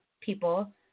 people